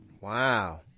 Wow